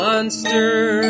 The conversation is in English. monster